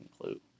clue